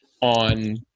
on